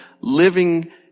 living